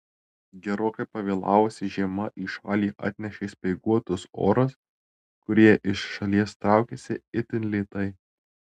gerokai pavėlavusi žiema į šalį atnešė speiguotus orus kurie iš šalies traukiasi itin lėtai